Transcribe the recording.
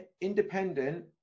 independent